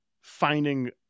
finding